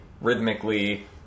rhythmically